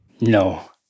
No